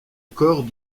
corps